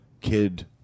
kid